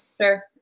Sure